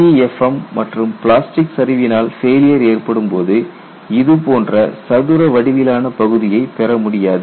LEFM மற்றும் plastic சரிவினால் failure ஏற்படும்போது இதுபோன்ற சதுர வடிவிலான பகுதியை பெறமுடியாது